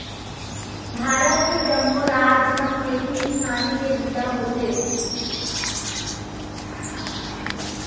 भारत के जम्मो राज म खेती किसानी के बूता होथे